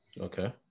Okay